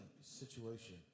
situation